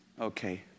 Okay